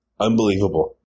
Unbelievable